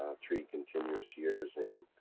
ah three continuous years in.